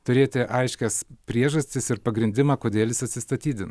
turėti aiškias priežastis ir pagrindimą kodėl jis atsistatydina